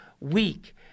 weak